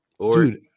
Dude